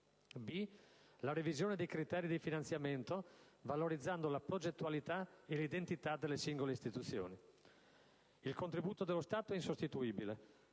la revisione dei criteri di finanziamento, valorizzando la progettualità e l'identità delle singole istituzioni. Il contributo dello Stato è insostituibile,